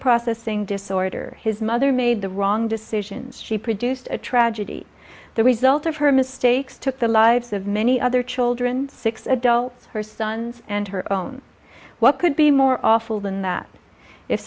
processing disorder his mother made the wrong decisions she produced a tragedy the result of her mistakes took the lives of many other children six adults her sons and her own what could be more awful than that if